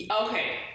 Okay